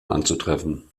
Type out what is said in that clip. anzutreffen